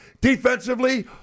defensively